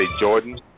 Jordan